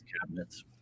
cabinets